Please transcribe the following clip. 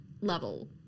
level